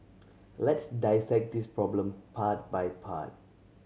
let's dissect this problem part by part